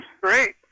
great